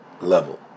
level